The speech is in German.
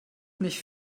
nicht